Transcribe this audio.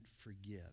forgive